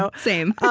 so same.